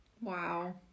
Wow